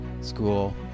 school